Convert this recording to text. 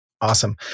Awesome